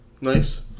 Nice